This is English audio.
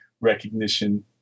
recognition